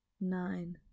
nine